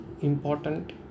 important